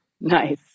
Nice